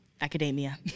Academia